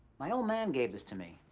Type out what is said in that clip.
my old man gave this to me.